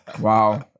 Wow